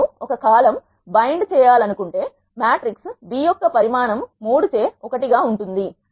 నేను ఒక column bind చేయాలనుకుంటే మ్యాట్రిక్స్ B యొక్క పరిమాణం 3 చే 1 గా ఉండేది